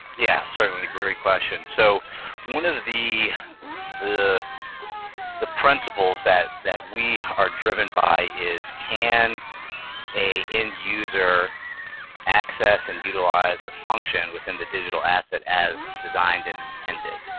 yeah, certainly. great question. so one of the the principles that that we are driven by is, can a end user access and utilize or function within the digital asset as designed and intended?